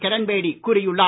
கிரண்பேடி கூறியுள்ளார்